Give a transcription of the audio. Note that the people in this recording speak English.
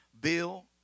Bill